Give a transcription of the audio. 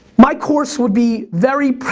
my course would be very,